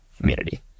community